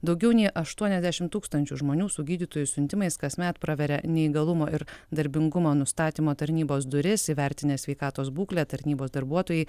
daugiau nei aštuoniasdešim tūkstančių žmonių su gydytojų siuntimais kasmet praveria neįgalumo ir darbingumo nustatymo tarnybos duris įvertinę sveikatos būklę tarnybos darbuotojai